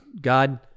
God